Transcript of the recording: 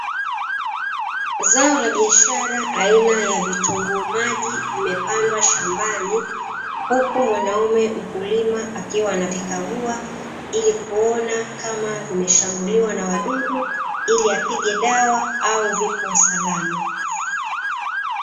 Zao la biashara aina ya vitunguu maji, limepandwa shambani huku mwanaume mkulima akiwa anavikagua ili kuona kama vimeshambuliwa na wadudu ili apige dawa au vipo salama.